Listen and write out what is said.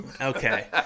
Okay